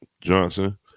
Johnson